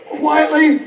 quietly